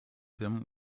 them